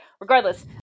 regardless